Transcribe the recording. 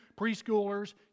preschoolers